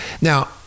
Now